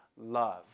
love